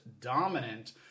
dominant